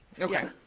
Okay